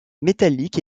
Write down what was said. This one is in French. métallique